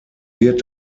wird